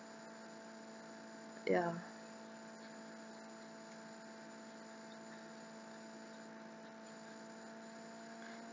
ya